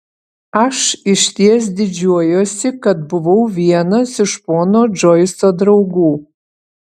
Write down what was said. aš išties didžiuojuosi kad buvau vienas iš pono džoiso draugų